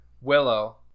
Willow